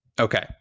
Okay